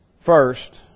First